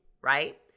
right